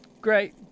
Great